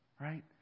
Right